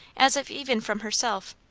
as if even from herself.